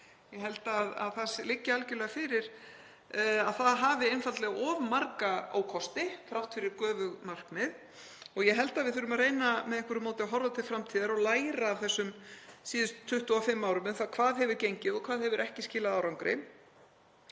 Ég held að það liggi algerlega fyrir að það hafi einfaldlega of marga ókosti þrátt fyrir göfug markmið og ég held að við þurfum að reyna með einhverju móti að horfa til framtíðar og læra af þessum síðustu 25 árum um það hvað hefur gengið og hvað hefur ekki skilað árangri.